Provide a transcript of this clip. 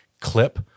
clip